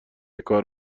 کار